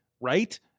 right